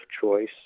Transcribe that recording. choice